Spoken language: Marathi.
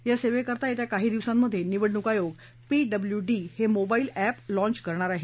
या सेवेकरता येत्या काही दिवसांमध्ये निवडणूक आयोग पी डबल्यू डी हे मोबाईल एप लाँच करणार आहे